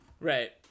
Right